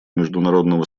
международного